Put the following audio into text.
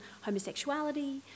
homosexuality